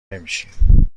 نمیشیم